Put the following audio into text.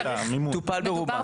נכון, אז זה טופל ברובו.